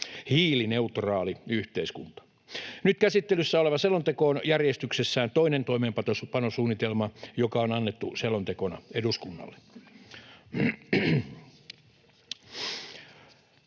hiilineutraali yhteiskunta. Nyt käsittelyssä oleva selonteko on järjestyksessään toinen toimeenpanosuunnitelma, joka on annettu selontekona eduskunnalle.